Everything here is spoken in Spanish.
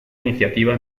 iniciativa